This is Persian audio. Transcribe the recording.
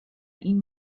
این